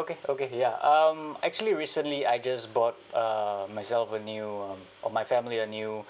okay okay ya um actually recently I just bought uh myself a new um or my family a new